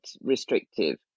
restrictive